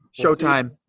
Showtime